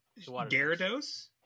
Gyarados